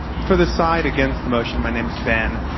for the side against the motion, my name is ben.